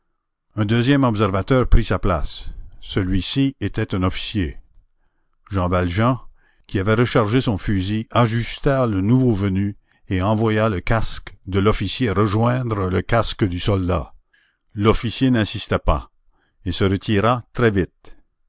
un deuxième observateur prit sa place celui-ci était un officier jean valjean qui avait rechargé son fusil ajusta le nouveau venu et envoya le casque de l'officier rejoindre le casque du soldat l'officier n'insista pas et se retira très vite